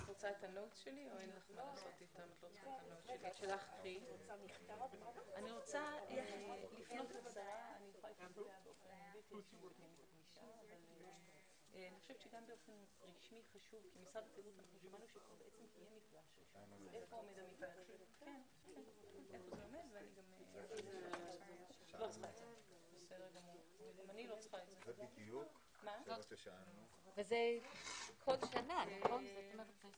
14:30.